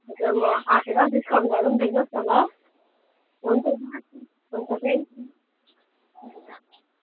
हजुर म आएर डिस्काउन्टहरू पनि दिनुहोस् न ल हुन्छ राखेँ हुन्छ थ्याङ्कयू हुन्छ